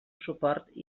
suport